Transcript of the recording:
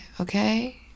Okay